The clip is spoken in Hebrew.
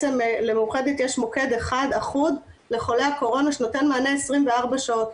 למאוחדת יש מוקד אחד אחוד לחולי הקורונה שנותן מענה 24 שעות,